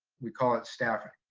we call it staffing,